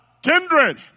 Kindred